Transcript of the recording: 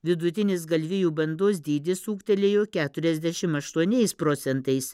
vidutinis galvijų bandos dydis ūgtelėjo keturiasdešimt aštuoniais procentais